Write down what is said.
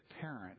parent